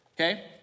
okay